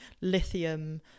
lithium